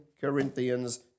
Corinthians